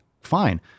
fine